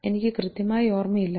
എനിക്ക് കൃത്യമായി ഓർമ്മയില്ല